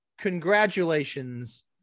Congratulations